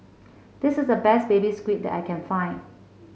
this is the best Baby Squid that I can find